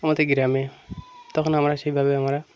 আমাদের গ্রামে তখন আমরা সেইভাবে আমরা